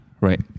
right